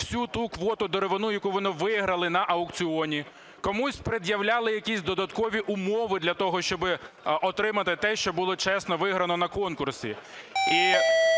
всю ту квоту, деревину, яку вони виграли на аукціоні. Комусь пред'являли якісь додаткові умови для того, щоб отримати те, що було чесно виграно на конкурсі.